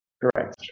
Correct